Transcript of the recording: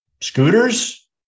scooters